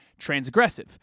transgressive